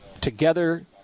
together